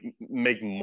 make